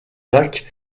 lac